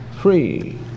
free